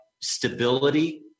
stability